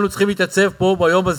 בינתיים מצליחים.